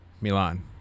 Milan